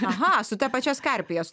aha su ta pačia skarpija su ta